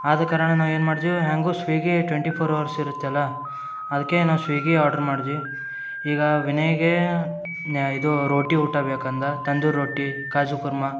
ಆದ ಕಾರಣ ನಾವೇನು ಮಾಡ್ತೀವಿ ಹೇಗೂ ಸ್ವೀಗಿ ಟ್ವೆಂಟಿ ಫೋರ್ ಅವರ್ಸ್ ಇರುತ್ತೆಲ್ಲ ಅದಕ್ಕೆ ನಾ ಸ್ವೀಗಿ ಆಡ್ರ್ ಮಾಡಿದ್ವಿ ಈಗ ವಿನಯ್ಗೆ ಇದು ರೋಟಿ ಊಟ ಬೇಕಂದು ತಂದೂರ್ ರೋಟಿ ಖಾಜು ಕುರ್ಮ